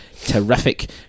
terrific